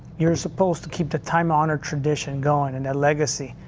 you're supposed to keep the time honored tradition going and the legacy.